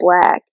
black